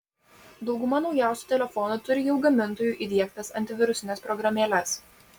dauguma naujausių telefonų turi jau gamintojų įdiegtas antivirusines programėles